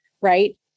right